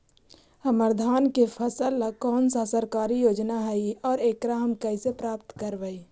हमर धान के फ़सल ला कौन सा सरकारी योजना हई और एकरा हम कैसे प्राप्त करबई?